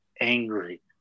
angry